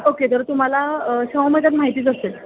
okay तर तुम्हाला शाहु मैदान माहितीच असेल